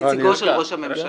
נציגו של ראש הממשלה.